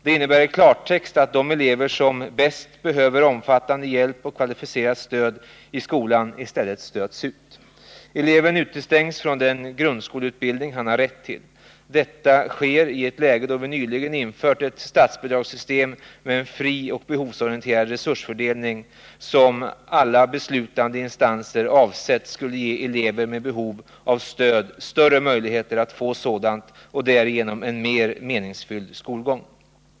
Det innebär i klartext att de elever som bäst behöver omfattande hjälp och kvalificerat stöd i skolan i stället stöts ut. Eleven utestängs från den grundskoleutbildning som han har rätt till. Detta sker i ett läge då vi nyligen har infört ett statsbidragssystem med en fri och behovsorienterad resursfördelning, som alla beslutande instanser avsett skulle ge elever med behov av stöd större möjligheter att få sådant och därigenom en mer meningsfylld skolgång.